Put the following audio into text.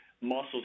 muscles